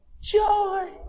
joy